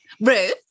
Ruth